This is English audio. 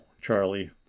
charlie